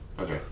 Okay